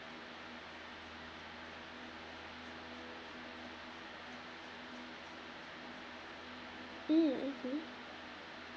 mm mmhmm